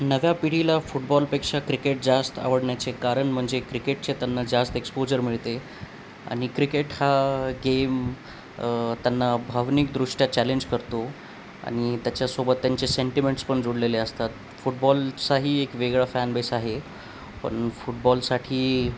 नव्या पिढीला फुटबॉलपेक्षा क्रिकेट जास्त आवडण्याचे कारण म्हणजे क्रिकेटचे त्यांना जास्त एक्सपोजर मिळते आणि क्रिकेट हा गेम त्यांना भावनिकदृष्ट्या चॅलेंज करतो आणि त्याच्यासोबत त्यांचे सेंटिमेंट्स पण जुळलेले असतात फुटबॉलचाही एक वेगळा फॅनबेस आहे पण फुटबॉलसाठी